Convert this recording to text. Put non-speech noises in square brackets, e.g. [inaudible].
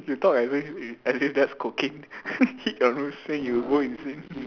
you talk as if as if that's cocaine [laughs] hit your nose than you go insane